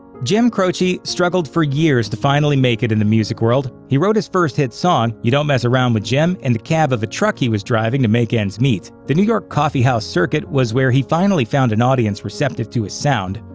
jim croce struggled for years to finally make in the music world. he wrote his first hit song, you don't mess around with jim, in the cab of the truck he was driving to make ends meet. the new york coffee house circuit was where he finally found an audience receptive to his sound,